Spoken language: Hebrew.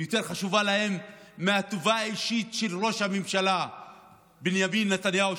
ויותר חשובה להם מהטובה האישית של ראש הממשלה בנימין נתניהו,